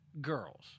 girls